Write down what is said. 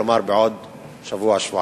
כלומר בעוד שבוע-שבועיים?